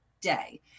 day